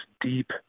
deep